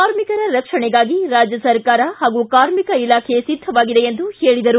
ಕಾರ್ಮಿಕರ ರಕ್ಷಣೆಗಾಗಿ ರಾಜ್ಯ ಸರ್ಕಾರ ಹಾಗೂ ಕಾರ್ಮಿಕ ಇಲಾಖೆ ಸಿದ್ಧವಾಗಿದೆ ಎಂದು ಹೇಳಿದರು